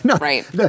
right